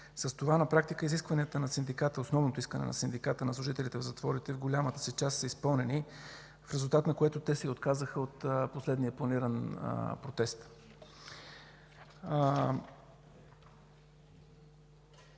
С това на практика основните искания на Синдиката на служителите в затворите в голямата си част са изпълнени, в резултат на което те се отказаха от последния планиран протест.